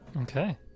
Okay